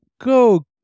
Go